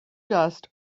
dust